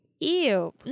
Ew